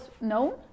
known